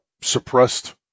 suppressed